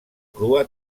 crua